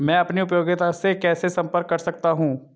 मैं अपनी उपयोगिता से कैसे संपर्क कर सकता हूँ?